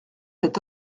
cet